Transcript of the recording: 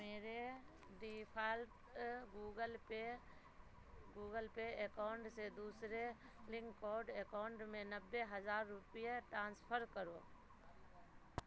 میرے default Google Pay Google Pay account سے دوسرے لنک کوڈ اکاؤنٹ میں نبے ہزار روپے ٹرانسفر کرو